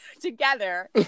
together